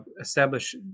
establish